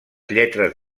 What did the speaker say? lletres